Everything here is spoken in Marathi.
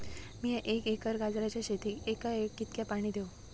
मीया एक एकर गाजराच्या शेतीक एका वेळेक कितक्या पाणी देव?